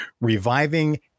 reviving